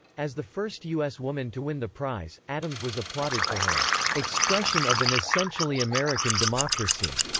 as the first u s. woman to win the prize, addams was applauded for her expression of an essentially american democracy.